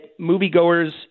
moviegoers